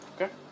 Okay